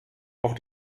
auch